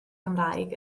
gymraeg